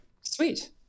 Sweet